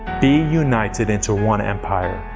be united into one empire.